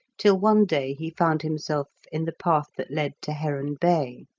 till one day he found himself in the path that led to heron bay.